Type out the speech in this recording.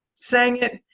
sang it,